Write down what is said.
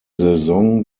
saison